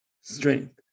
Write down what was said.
strength